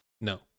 no